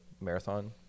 marathon